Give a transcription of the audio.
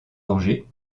danger